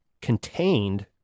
contained